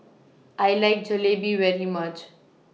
I like Jalebi very much